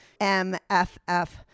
MFF